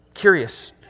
Curious